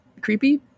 creepy